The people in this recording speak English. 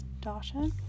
Dasha